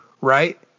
right